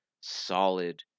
solid